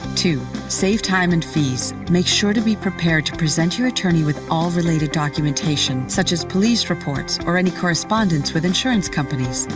two. save time and fees. make sure to be prepared to present your attorney with all related documentation, such as police reports, or any correspondence with insurance companies.